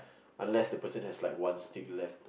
unless the person has like one stick left